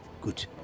good